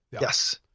yes